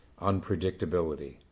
unpredictability